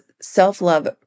self-love